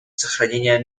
сохранения